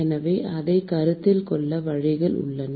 எனவே அதை கருத்தில் கொள்ள வழிகள் உள்ளன